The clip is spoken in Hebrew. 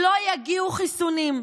לא יגיעו חיסונים,